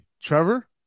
Trevor